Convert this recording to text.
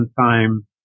time